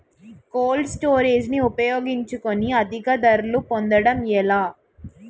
Cold storage ని ఉపయోగించుకొని అధిక ధరలు పొందడం ఎలా?